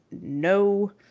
no